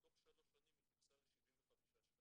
תוך שלוש שנים היא טיפסה ל-75 שקלים.